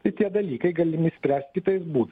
tai tie dalykai galimi nuspręsti kitais būdais